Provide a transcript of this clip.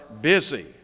busy